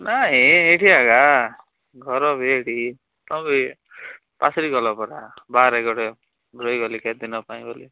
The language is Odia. ନା ଏ ଏଇଠି ଏକା ଘରବି ଏଇଠି ତୁମେ ପାସୁରୀ ଗଲପରା ବାହାରେ ଗଲେ ରହିଗଲି କେତେଦିନ ପାଇଁ ବୋଲି